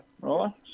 Right